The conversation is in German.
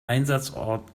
einsatzort